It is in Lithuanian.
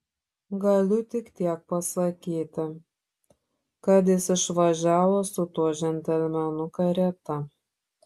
galiu tik tiek pasakyti kad jis išvažiavo su tuo džentelmenu karieta